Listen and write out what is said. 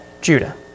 Judah